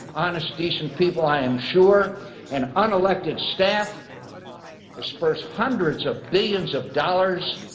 honest, decent people, i am sure an unelected staff disperse hundreds of billions of dollars,